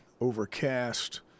overcast